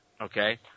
okay